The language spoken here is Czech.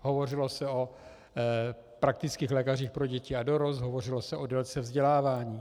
Hovořilo se o praktických lékařích pro děti a dorost, hovořilo se o délce vzdělávání.